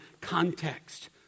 context